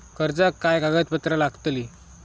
कर्जाक काय कागदपत्र लागतली?